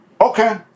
Okay